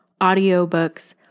audiobooks